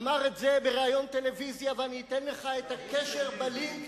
אמר את זה בראיון טלוויזיה ואני אתן לך את הקשר בלינק,